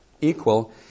equal